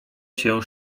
się